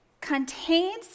contains